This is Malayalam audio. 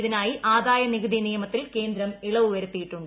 ഇതിനായി ആദായ നികുതി നിയമത്തിൽ കേന്ദ്രം ഇളവു വരുത്തിയിട്ടുണ്ട്